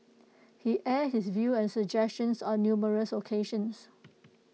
he aired his views and suggestions on numerous occasions